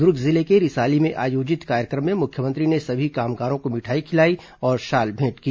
दुर्ग जिले के रिसाली में आयोजित कार्यक्रम में मुख्यमंत्री ने सभी कामगारों को मिठाई खिलाई और शॉल भेंट की